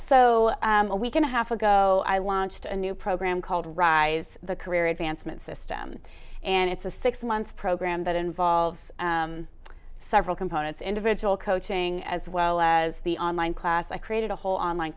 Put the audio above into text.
so a week and a half ago i launched a new program called rise the career advancement system and it's a six month program that involves several components individual coaching as well as the online class i created a whole online